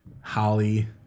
Holly